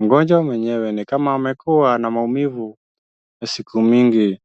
mgonjwa mwenyewe ni kama amekuwa na maumivu siku mingi.